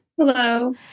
Hello